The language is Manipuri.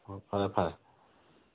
ꯍꯣꯏ ꯐꯔꯦ ꯐꯔꯦ